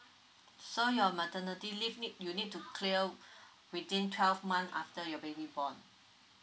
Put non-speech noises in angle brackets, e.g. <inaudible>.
so your maternity leave need you need to clear <breath> within twelve months after your baby born